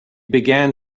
began